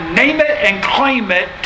name-it-and-claim-it